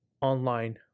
online